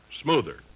smoother